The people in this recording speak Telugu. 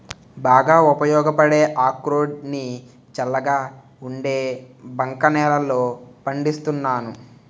బాగా ఉపయోగపడే అక్రోడ్ ని చల్లగా ఉండే బంక నేలల్లో పండిస్తున్నాను